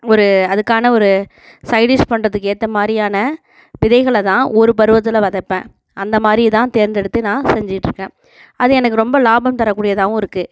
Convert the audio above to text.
ஒரு அதுக்கான ஒரு சைட் டிஷ் பண்ணுறதுக்கு ஏற்ற மாதிரியான விதைகளை தான் ஒரு பருவத்தில் விதப்பேன் அந்த மாதிரி தான் தேர்ந்தெடுத்து நான் செஞ்சுயிட்ருக்கேன் அது எனக்கு ரொம்ப லாபம் தரக்கூடியதாகவும் இருக்குது